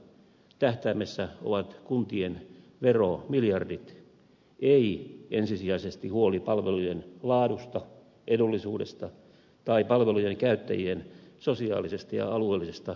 tähtäimessä ovat kuntien veromiljardit ei ensisijaisesti huoli palvelujen laadusta edullisuudesta tai palvelujen käyttäjien sosiaalisesta ja alueellisesta yhdenvertaisuudesta